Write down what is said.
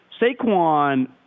Saquon